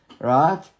right